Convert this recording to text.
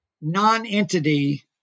non-entity